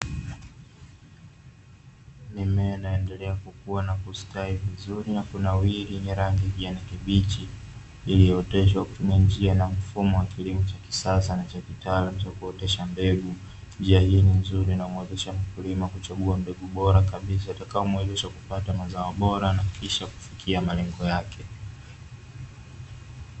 Mimea inaendelea kukua na kustawi vizuri na kunawiri yenye rangi ya kijani kibichi, iliyooteshwa kwa kutumia njia na mfumo wa kilimo cha kisasa na cha kitaalamu cha kuotesha mbegu. Njia hii ni nzuri inayomwezesha mkulima kuchagua mbegu bora kabisa, itakayomuwezesha kupata mazao bora na kisha kufikia malengo yake.